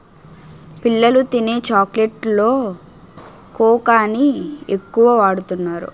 పిల్లలు తినే చాక్లెట్స్ లో కోకాని ఎక్కువ వాడుతున్నారు